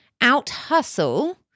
out-hustle